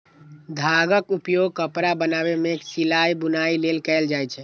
धागाक उपयोग कपड़ा बनाबै मे सिलाइ, बुनाइ लेल कैल जाए छै